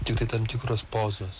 tiktai tam tikros pozos